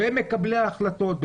שהם מקבלי ההחלטות.